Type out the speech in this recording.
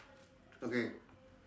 okay